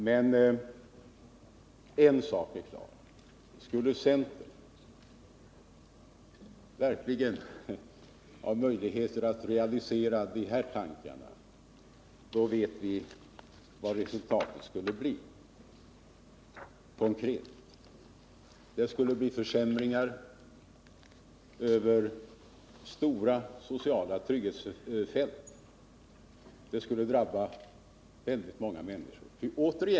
Men en sak är klar: Skulle centern verkligen ha möjligheter att realisera de här tankarna, då vet vi vad resultatet skulle bli konkret. Det skulle bli försämringar över stora sociala trygghetsfält. Det skulle drabba väldigt många människor.